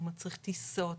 הוא מצריך טיסות,